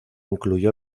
incluyó